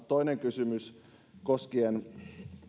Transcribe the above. toinen kysymys koskien